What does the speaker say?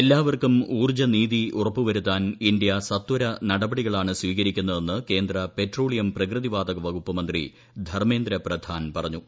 എല്ലാവർക്കും ഊർജ്ജനീതി ഉറപ്പുവരുത്താൻ ഇന്ത്യ സത്വര നടപടികളാണ് സ്വീകരിക്കുന്നതെന്ന് കേന്ദ്ര പെട്രോളിയം പ്രകൃതി വാതക വകുപ്പുമന്ത്രി ധർമേന്ദ്ര പ്രധാൻ പറഞ്ഞു